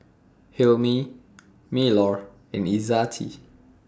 Hilmi Melur and Izzati